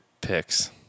picks